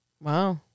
Wow